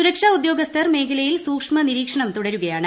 സുരക്ഷ്മ ഉദ്യോഗസ്ഥർ മേഖലയിൽ സൂക്ഷ്മ നിരീക്ഷണം തുടരുകയാണ്